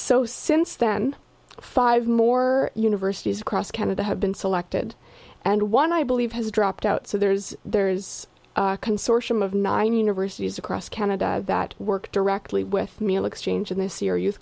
so since then five more universities across canada have been selected and one i believe has dropped out so there's there's a consortium of nine universities across canada that work directly with meal exchange and this year